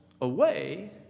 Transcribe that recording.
away